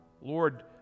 Lord